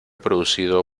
producido